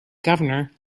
governor